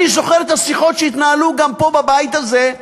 אני זוכר את השיחות שהתנהלו גם פה, בבית הזה,